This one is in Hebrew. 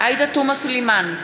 עאידה תומא סלימאן,